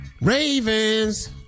Ravens